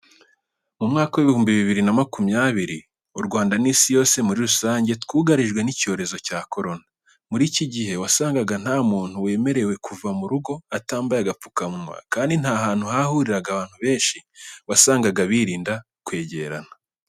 Mu mwaka w'ibihumbi bibiri na makumyabiri, u Rwanda n'isi yose muri rusange twugarijwe n'icyorezo cya Korona. Muri iki gihe wasangaga nta muntu wemerewe kuva mu rugo atambaye agapfukamunwa, kandi n'ahantu hahuriraga abantu benshi wasangaga birinda kwegerana.